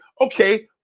Okay